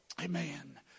Amen